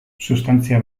substantzia